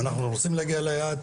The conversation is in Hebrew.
ואנחנו רוצים להגיע ליעד,